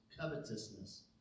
covetousness